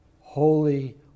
Holy